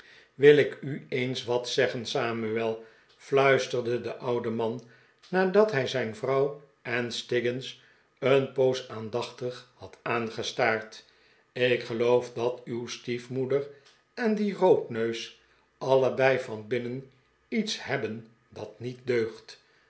wil ik u eens wat zeggen samuel fluisterde de oude man nadat hij zijn vrouw en stiggins een poos aandachtig had aangestaard ik geloof dat uw stiefmoeder en die roodneus allebei van binnen iets hebben dat niet deugt